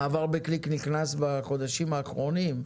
המעבר בקליק נכנס בחודשים האחרונים,